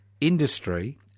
industry